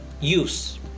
use